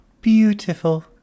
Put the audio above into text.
Beautiful